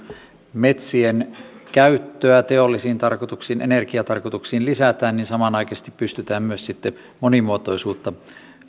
metsien käyttöä teollisiin tarkoituksiin energiatarkoituksiin lisätään pystytään myös sitten monimuotoisuutta